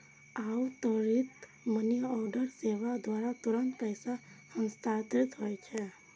आब त्वरित मनीऑर्डर सेवा द्वारा तुरंत पैसा हस्तांतरित होइ छै